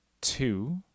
Two